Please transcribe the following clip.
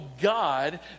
God